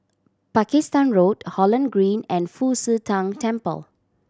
Pakistan Road Holland Green and Fu Xi Tang Temple